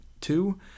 two